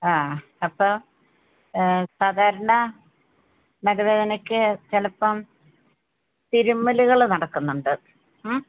ആ അപ്പം സാധാരണ നടുവേദനയ്ക്ക് ചിലപ്പം തിരുമലുകൾ നടക്കുന്നുണ്ട് ഉം